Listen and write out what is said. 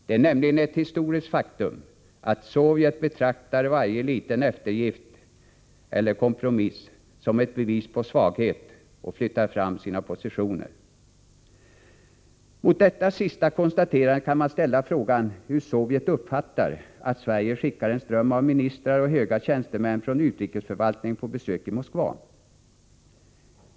Det är nämligen ett historiskt faktum att Sovjet betraktar varje liten eftergift eller kompromiss | som ett bevis på svaghet och flyttar fram sina positioner. Mot detta sista konstaterande kan man ställa frågan hur Sovjet uppfattar att Sverige skickar en ström av ministrar och höga tjänstemän från utrikesförvaltningen på besök till Moskva.